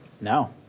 No